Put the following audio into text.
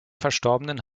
verstorbenen